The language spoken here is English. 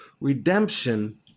Redemption